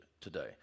today